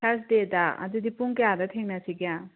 ꯊꯔꯁꯗꯦꯗ ꯑꯗꯨꯗꯤ ꯄꯨꯡ ꯀꯌꯥꯗ ꯊꯦꯡꯅꯁꯤꯒꯦ